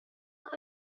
are